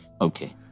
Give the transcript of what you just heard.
Okay